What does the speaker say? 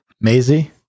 Maisie